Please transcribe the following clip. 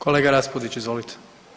Kolega Raspudić izvolite.